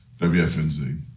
WFNZ